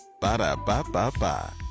Ba-da-ba-ba-ba